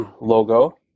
logo